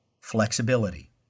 flexibility